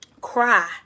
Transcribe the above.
cry